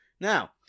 Now